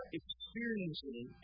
experiencing